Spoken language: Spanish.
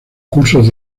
cursos